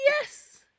yes